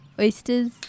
oysters